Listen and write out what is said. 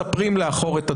מספרים לאחור את הדברים.